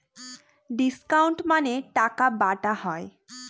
discount মানে টাকা বাটা হয়